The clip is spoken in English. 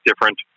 different